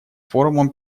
форумом